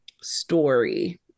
story